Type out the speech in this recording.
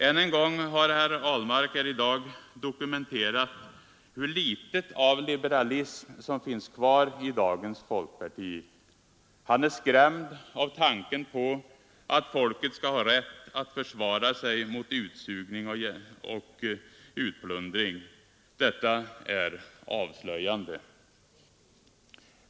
Än en gång har herr Ahlmark här i dag dokumenterat hur litet av liberalism som finns kvar i dagens folkparti. Han är skrämd av tanken på att folket skall ha rätt att försvara sig mot utsugning och utplundring. Detta är avslöjande.